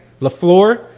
LaFleur